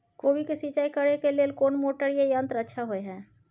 कोबी के सिंचाई करे के लेल कोन मोटर या यंत्र अच्छा होय है?